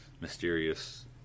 mysterious